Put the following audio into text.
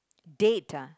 date ah